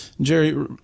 Jerry